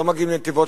לא מגיעים לנתיבות,